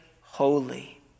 holy